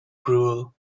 cruel